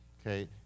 Okay